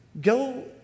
go